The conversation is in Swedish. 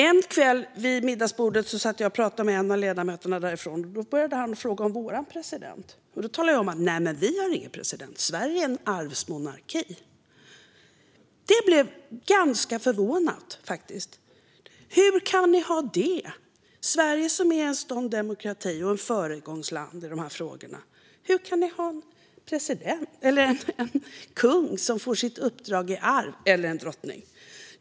En kväll satt jag vid middagsbordet och pratade med en av ledamöterna därifrån, och då frågade han om vår president. Jag sa: Nej, vi har ingen president - Sverige är en arvsmonarki. Han blev ganska förvånad och frågade: Hur kan ni ha det? Sverige som är en sådan demokrati och ett föregångsland i de här frågorna! Hur kan ni ha en kung eller en drottning som får sitt uppdrag i arv?